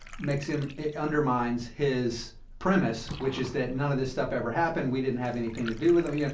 makes him it undermines his premise, which is that none of this stuff ever happened we didn't have anything to do with them, you know,